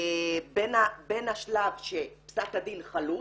בין השלב שפסק הדין חלוט,